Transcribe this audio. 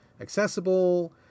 accessible